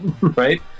right